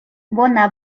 bona